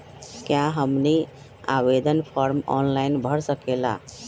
क्या हमनी आवेदन फॉर्म ऑनलाइन भर सकेला?